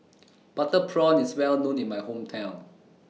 Butter Prawn IS Well known in My Hometown